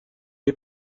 est